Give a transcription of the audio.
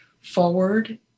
forward